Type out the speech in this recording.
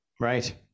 Right